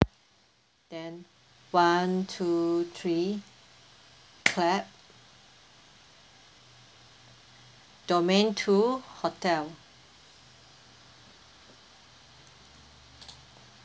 then one two three clap domain two hotel